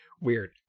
weird